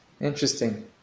Interesting